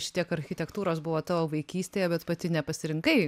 šitiek architektūros buvo tavo vaikystėje bet pati nepasirinkai